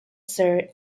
sir